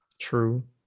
True